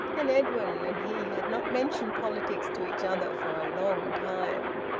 and edwin and he had not mentioned politics to each other for a long time.